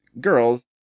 girls